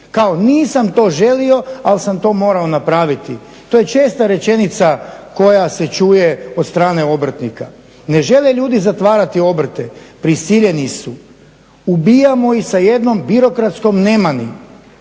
Kao nisam to želio ali sam to morao napraviti. To je česta rečenica koja se čuje od strane obrtnika. Ne žele ljudi zatvarati obrte, prisiljeni su. Ubijamo ih sa jednom birokratskom nemani,